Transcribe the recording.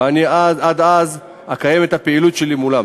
ועד אז אקיים את הפעילות שלי מולם.